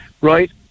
right